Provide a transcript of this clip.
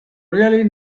really